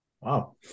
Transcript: Wow